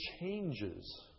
changes